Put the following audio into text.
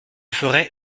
ferai